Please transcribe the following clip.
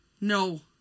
No